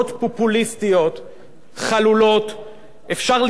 אפשר לדחוס לתוך הבמה הזאת כדי לשמש את